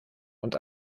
und